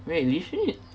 wait did she